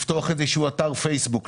לפתוח איזה אתר פייסבוק,